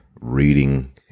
reading